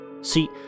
See